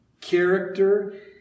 Character